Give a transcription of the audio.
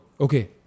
okay